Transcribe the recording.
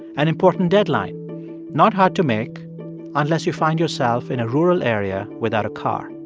an important deadline not hard to make unless you find yourself in a rural area without a car.